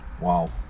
Wow